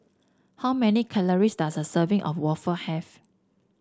how many calories does a serving of waffle have